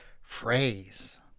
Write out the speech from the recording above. phrase